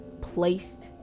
placed